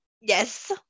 Yes